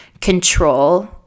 control